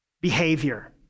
behavior